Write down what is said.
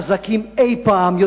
חזקים יותר מאי-פעם,